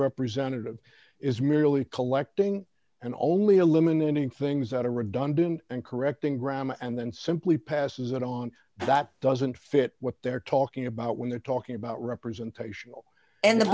representative is merely collecting and only eliminating things out of redundant and correcting graham and then simply passes it on that doesn't fit what they're talking about when they're talking about representational and the